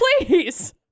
please